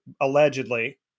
allegedly